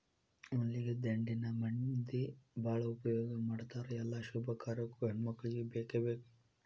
ಮಲ್ಲಿಗೆ ದಂಡೆನ ಮಂದಿ ಬಾಳ ಉಪಯೋಗ ಮಾಡತಾರ ಎಲ್ಲಾ ಶುಭ ಕಾರ್ಯಕ್ಕು ಹೆಣ್ಮಕ್ಕಳಿಗೆ ಬೇಕಬೇಕ